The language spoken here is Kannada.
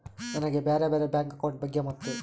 ನನಗೆ ಬ್ಯಾರೆ ಬ್ಯಾರೆ ಬ್ಯಾಂಕ್ ಅಕೌಂಟ್ ಬಗ್ಗೆ ಮತ್ತು?